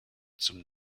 zum